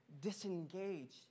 disengage